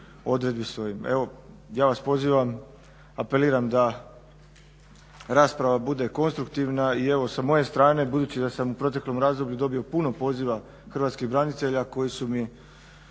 odredbi su … Evo ja vas pozivam, apeliram da rasprava bude konstruktivna i evo sa moje strane budući da sam u proteklom razdoblju dobio puno poziva hrvatskih branitelja koji su mi